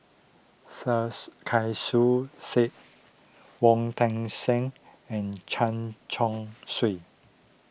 Sarkasi Said Wong Tuang Seng and Chen Chong Swee